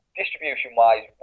distribution-wise